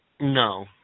No